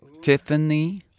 Tiffany